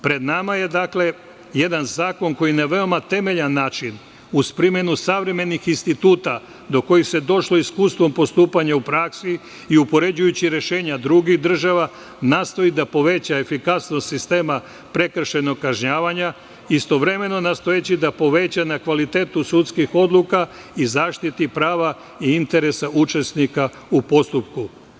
Pred nama je, dakle, jedan zakon koji na veoma temeljan način, uz primenu savremenih instituta do kojih došlo iskustvom postupanja u praksi i upoređujući rešenja drugih država, nastoji da poveća efikasnost sistema prekršajnog kažnjavanja, istovremeno nastojeći da poveća na kvalitetu sudskih odluka i zaštiti prava i interesa učesnika u postupku.